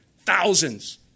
thousands